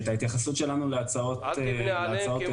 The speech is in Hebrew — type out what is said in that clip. את ההתייחסות שלנו להצעות העברנו.